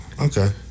Okay